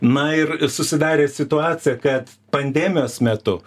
na ir susidarė situacija kad pandemijos metu